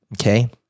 okay